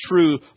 true